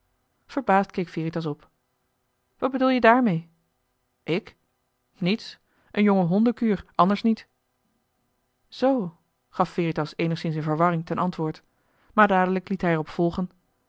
verbaasd keek veritas op wat bedoel je daarmee ik niets een jonge honden kuur anders niet zoo gaf veritas eenigszins in verwarring ten antwoord maar dadelijk liet hij er op volgen